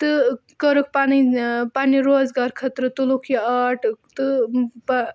تہٕ کٔرٕکھ پَنٕنۍ پنٛنہِ روزگار خٲطرٕ تُلُکھ یہِ آرٹ تہٕ